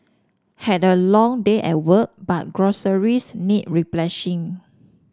had a long day at work but groceries need